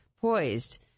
poised